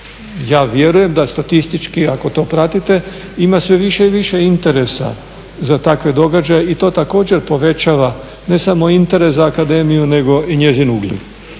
ja vjerujem da statistički ako to pratite ima sve više i više interesa za takve događaje i to također povećava ne samo interes za akademiju nego i njezin ugled.